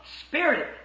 spirit